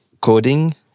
coding